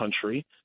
country